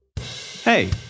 Hey